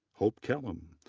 hope kelham,